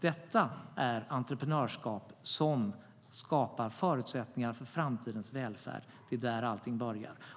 Det är entreprenörskap som skapar förutsättningar för framtidens välfärd. Det är där allting börjar.